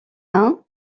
hein